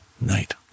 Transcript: night